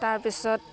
তাৰপিছত